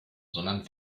sondern